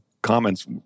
comments